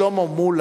לא,